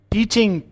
Teaching